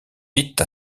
vite